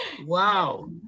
Wow